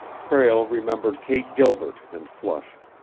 prale remembered kate gilbert and flushed.